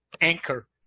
Anchor